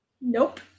Nope